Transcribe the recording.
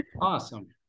awesome